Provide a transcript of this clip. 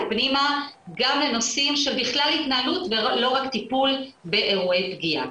פנימה גם לנושאים שבכלל התנהלות ולא רק טיפול באירועי פגיעה.